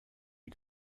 you